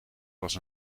was